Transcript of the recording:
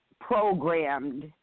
programmed